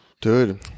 Dude